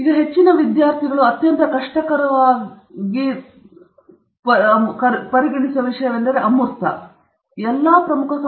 ಈಗ ಹೆಚ್ಚಿನ ವಿದ್ಯಾರ್ಥಿಗಳು ಅತ್ಯಂತ ಕಷ್ಟಕರವಾದ ಅಮೂರ್ತ ವಿಷಯದ ಬಗ್ಗೆ ಮುಖ್ಯ ವಿಷಯವೆಂದರೆ ಅಮೂರ್ತವಾದದ್ದು ನೀವು ಎಲ್ಲ ಪ್ರಮುಖ ಸಂಶೋಧನೆಗಳನ್ನು ವಿಂಗಡಿಸಬೇಕು